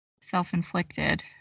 self-inflicted